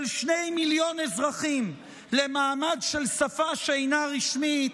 שני מיליון אזרחים למעמד של שפה שאינה רשמית,